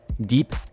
Deep